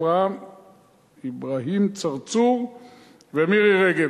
אברהים צרצור ומירי רגב.